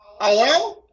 Hello